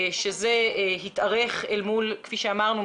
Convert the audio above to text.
שזה התארך אל מול כפי שאמרנו,